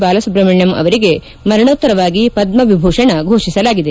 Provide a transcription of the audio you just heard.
ಬಾಲಸುಬ್ರಹ್ಮಣ್ಯ ಅವರಿಗೆ ಮರಣೋತ್ತರವಾಗಿ ಪದ್ಮ ವಿಭೂಷಣ ಘೋಷಿಸಲಾಗಿದೆ